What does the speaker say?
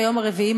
ביום הרביעי,